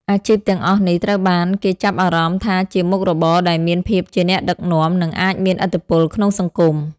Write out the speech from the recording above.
អាជីពទាំងអស់នេះត្រូវបានគេចាប់អារម្មណ៍ថាជាមុខរបរដែលមានភាពជាអ្នកដឹកនាំ និងអាចមានឥទ្ធិពលក្នុងសង្គម។